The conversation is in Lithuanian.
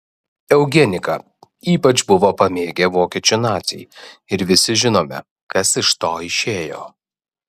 eugeniką ypač buvo pamėgę vokiečių naciai ir visi žinome kas iš to išėjo